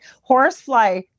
Horsefly